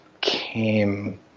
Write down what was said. came